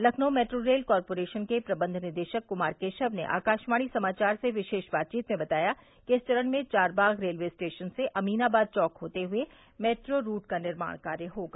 Lucknow metro rail corporation के प्रबंध निदेशक कुमार केशव ने आकाशवाणी समाचार से विशेष बातचीत में बताया कि इस चरण में चारबाग रेलवे स्टेशन से अमीनाबाद चौक होते हुए मेट्रो रूट का निर्माण कार्य होगा